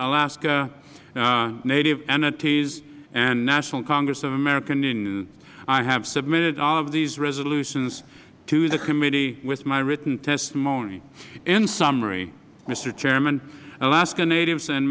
alaska native entities and national congress of american indians i have submitted all of these resolutions to the committee with mywritten testimony in summary mister chairman alaska natives